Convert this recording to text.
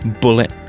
bullet